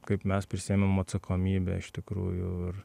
kaip mes prisiėmėm atsakomybę iš tikrųjų ir